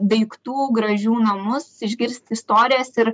daiktų gražių namus išgirst istorijas ir